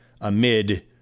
amid